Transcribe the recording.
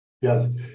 Yes